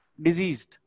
diseased